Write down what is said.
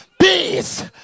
Peace